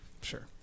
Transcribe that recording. Sure